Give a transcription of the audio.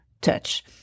touch